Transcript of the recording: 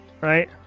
right